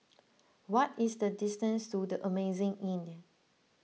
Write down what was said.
what is the distance to the Amazing Inn